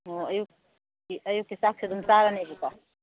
ꯑꯣ ꯑꯌꯨꯛꯀꯤ ꯆꯥꯛꯁꯦ ꯑꯗꯨꯝ ꯆꯥꯔꯅꯦꯕꯀꯣ